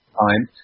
time